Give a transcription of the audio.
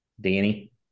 Danny